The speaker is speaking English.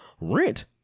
rent